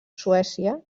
suècia